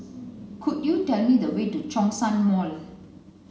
could you tell me the way to Zhongshan Mall